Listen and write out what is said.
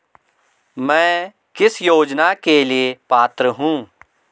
मैं किस योजना के लिए पात्र हूँ?